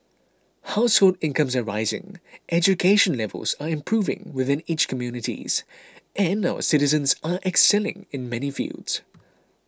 household incomes are rising education levels are improving within each communities and our citizens are excelling in many fields